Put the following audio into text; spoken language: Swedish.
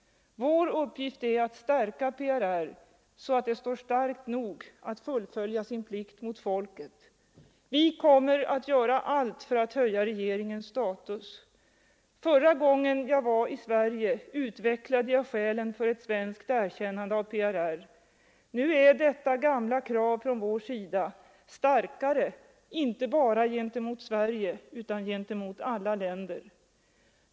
Vår uppgift är att stärka PRR så att det står starkt nog att fullfölja sin plikt mot folket. Vi kommer att göra allt för att höja regeringens status. Förra gången jag var i Sverige utvecklade jag skälen för ett svenskt erkännande av PRR. Nu är detta gamla krav från vår sida starkare, inte bara gentemot Sverige, utan gentemot alla länder.